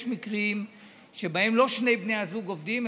יש מקרים שבהם לא שני בני הזוג עובדים,